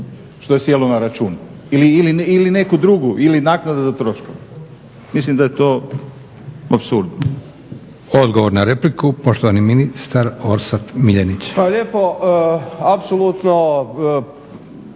što je sjelo na račun ili neku drugu ili naknada za troškove. Mislim da je to apsurdno. **Leko, Josip (SDP)** Odgovor na repliku, poštovani ministar Orsat Miljenić. **Miljenić, Orsat**